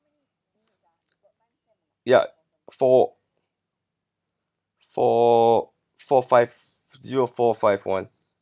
ya four four four five zero four five one